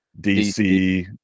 dc